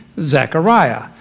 Zechariah